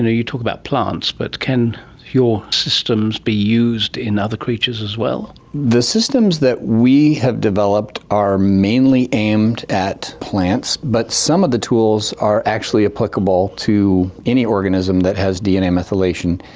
you talk about plants, but can your systems be used in other creatures as well? the systems that we have developed are mainly aimed at plants, but some of the tools are actually applicable to any organism that has dna methylation.